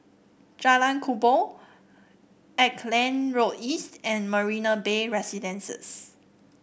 Jalan Kubor Auckland Road East and Marina Bay Residences